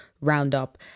roundup